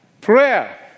prayer